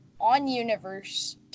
onuniverse